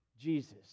Jesus